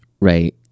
right